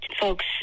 folks